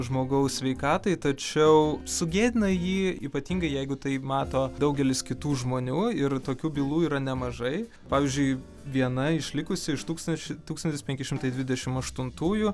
žmogaus sveikatai tačiau sugėdina jį ypatingai jeigu tai mato daugelis kitų žmonių ir tokių bylų yra nemažai pavyzdžiui viena išlikusi iš tūkstančio tūkstantis penki šimtai dvidešim aštuntųjų